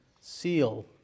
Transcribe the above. seal